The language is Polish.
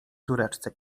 córeczce